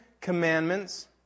Commandments